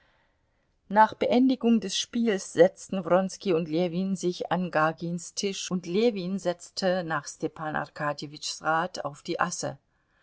nach beendigung des spiels setzten wronski und ljewin sich an gagins tisch und ljewin setzte nach stepan arkadjewitschs rat auf die asse